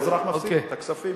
האזרח מפסיד את הכספים.